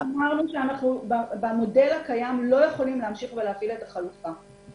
אמרנו שבמודל הקיים אנחנו לא יכולים להמשיך ולהפעיל את החלופה.